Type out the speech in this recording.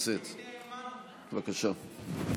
בבקשה.